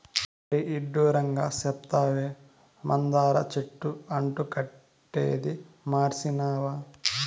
మరీ ఇడ్డూరంగా సెప్తావే, మందార చెట్టు అంటు కట్టేదీ మర్సినావా